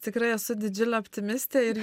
tikrai esu didžiulė optimistė ir